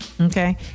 Okay